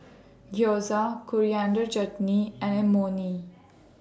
Gyoza Coriander Chutney and Imoni